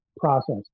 process